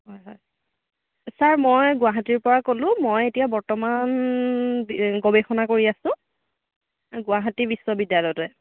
হয় হয় ছাৰ মই গুৱাহাটীৰ পৰা ক'লোঁ মই এতিয়া বৰ্তমান গৱেষণা কৰি আছোঁ গুৱাহাটী বিশ্ববিদ্যালয়তে